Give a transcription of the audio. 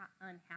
unhappy